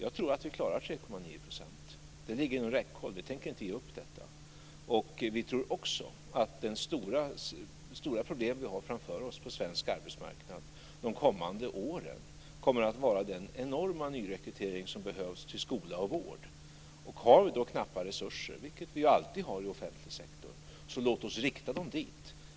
Jag tror att vi klarar 3,9 %. Det ligger inom räckhåll; vi tänker inte ge upp detta. Vi tror också att det stora problem som vi under de kommande åren har framför oss på svensk arbetsmarknad kommer att vara den enorma nyrekrytering som behövs till skola och vård. Har vi knappa resurser, vilket vi alltid har inom den offentliga sektorn, låt oss då rikta dem dit!